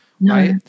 right